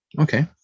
Okay